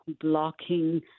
blocking